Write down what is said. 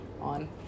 on